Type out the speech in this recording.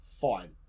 Fine